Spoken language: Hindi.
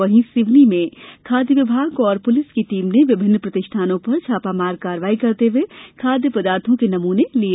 वहीं सिवनी में खाद्य विभाग और पुलिस की टीम ने विभिन्न प्रतिष्ठानों पर छापामार कार्यवाही करते हुए खाद्य पदार्थो के नमूने लिये